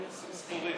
במטוסים שכורים,